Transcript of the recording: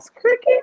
Cricket